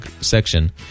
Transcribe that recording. section